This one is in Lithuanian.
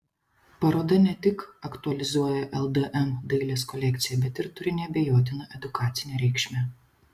paroda ne tik aktualizuoja ldm dailės kolekciją bet ir turi neabejotiną edukacinę reikšmę